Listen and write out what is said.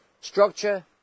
Structure